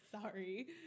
sorry